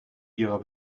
ihrer